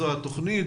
זאת התכנית,